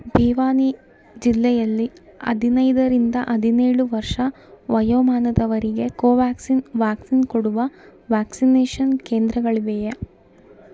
ಭಿವಾನೀ ಜಿಲ್ಲೆಯಲ್ಲಿ ಹದಿನೈದರಿಂದ ಹದಿನೇಳು ವರ್ಷ ವಯೋಮಾನದವರಿಗೆ ಕೋವ್ಯಾಕ್ಸಿನ್ ವ್ಯಾಕ್ಸಿನ್ ಕೊಡುವ ವ್ಯಾಕ್ಸಿನೇಷನ್ ಕೇಂದ್ರಗಳಿವೆಯೇ